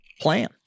plan